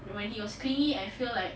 when he was clingy I feel like